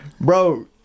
Bro